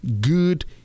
good